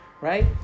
right